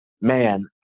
man